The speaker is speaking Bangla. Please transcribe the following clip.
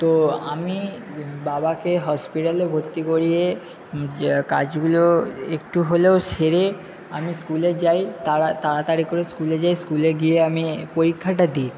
তো আমি বাবাকে হসপিটালে ভর্তি করিয়ে কাজগুলো একটু হলেও সেরে আমি স্কুলে যাই তাড়াতাড়ি করে স্কুলে যাই স্কুলে গিয়ে আমি পরীক্ষাটা দি